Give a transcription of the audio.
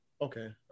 Okay